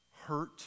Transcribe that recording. hurt